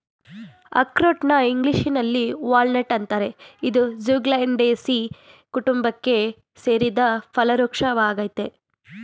ಅಖ್ರೋಟ್ನ ಇಂಗ್ಲೀಷಿನಲ್ಲಿ ವಾಲ್ನಟ್ ಅಂತಾರೆ ಇದು ಜ್ಯೂಗ್ಲಂಡೇಸೀ ಕುಟುಂಬಕ್ಕೆ ಸೇರಿದ ಫಲವೃಕ್ಷ ವಾಗಯ್ತೆ